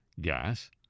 gas